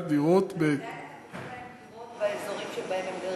דירות ------ דירות באזורים שבהם הם גרים.